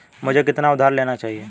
मुझे कितना उधार लेना चाहिए?